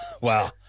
Wow